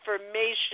information